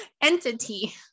entity